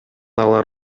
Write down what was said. алар